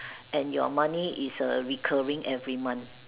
and your money is err recurring every month